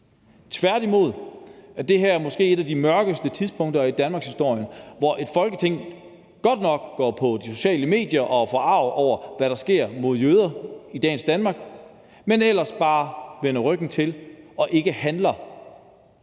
Tværtimod er det her måske et af de mørkeste tidspunkter i danmarkshistorien, hvor et Folketing godt nok går på de sociale medier og er forarget over, hvad der sker mod jøder i dagens Danmark, men ellers bare vender ryggen til og ikke handler